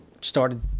started